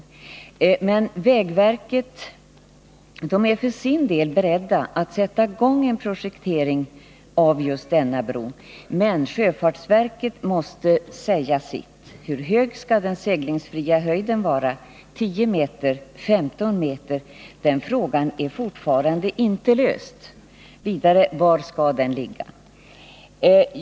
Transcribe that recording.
statsverksamheten, Vägverket för sin del är berett att sätta i gång en projektering av denna bro, mm m. men sjöfartsverket måste först få säga sitt: Hur stor skall den seglingsfria höjden vara — 10 meter, 15 meter? Den frågan är fortfarande inte löst. Vidare: Var skall den ligga?